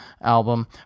album